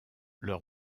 leur